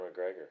McGregor